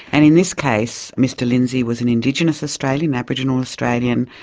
and in this case mr lindsay was an indigenous australian, an aboriginal australian,